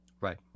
right